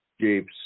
jeeps